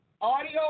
Audio